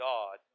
God